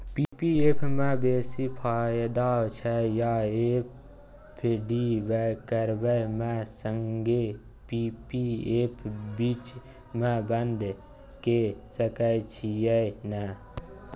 P P F म बेसी फायदा छै या एफ.डी करबै म संगे पी.पी एफ बीच म बन्द के सके छियै न?